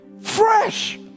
fresh